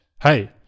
Hey